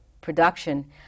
production